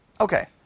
Okay